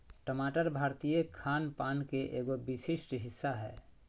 टमाटर भारतीय खान पान के एगो विशिष्ट हिस्सा हय